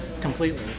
completely